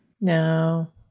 No